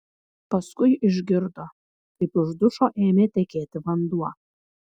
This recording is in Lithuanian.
paskui išgirdo kaip iš dušo ėmė tekėti vanduo